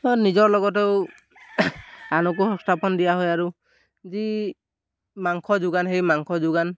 নিজৰ লগতেও আনকো সংস্থাপন দিয়া হয় আৰু যি মাংস যোগান সেই মাংস যোগান